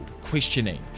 questioning